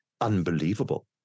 unbelievable